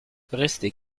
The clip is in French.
restez